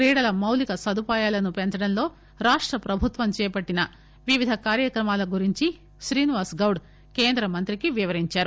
క్రీడల మౌలిక సదుపాయాలను పెంచడంలో రాష్ట ప్రభుత్వం చేపట్టిన వివిధ కార్యక్రమాల గురించి శ్రీనివాస్ గౌడ్ కేంద్ర మంత్రికి వివరించారు